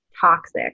toxic